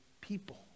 people